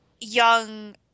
young